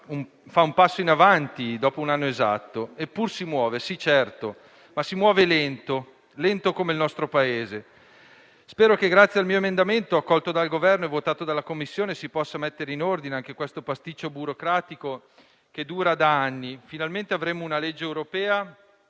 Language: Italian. fa un passo in avanti, dopo un anno esatto. Eppur si muove, sì, certo; ma si muove lento, come il nostro Paese. Spero che, grazie al mio emendamento, accolto dal Governo e votato dalla Commissione, si possa mettere in ordine anche questo pasticcio burocratico che dura da anni. Finalmente avremo una legge europea